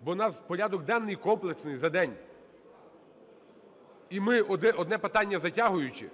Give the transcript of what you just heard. бо у нас порядок денний комплексний за день. І ми, одне питання затягуючи,